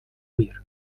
huir